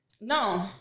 No